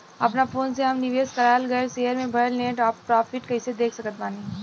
अपना फोन मे हम निवेश कराल गएल शेयर मे भएल नेट प्रॉफ़िट कइसे देख सकत बानी?